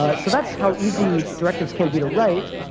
ah so that's how easy directives can be to write.